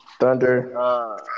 Thunder